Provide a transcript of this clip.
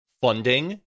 funding